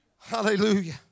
Hallelujah